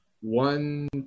one